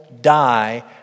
die